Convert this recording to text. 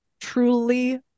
truly